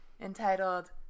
entitled